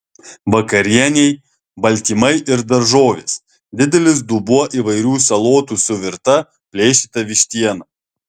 vakarienei baltymai ir daržovės didelis dubuo įvairių salotų su virta plėšyta vištiena